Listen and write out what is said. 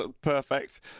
Perfect